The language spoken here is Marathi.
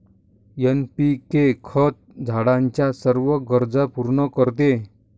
एन.पी.के खत झाडाच्या सर्व गरजा पूर्ण करते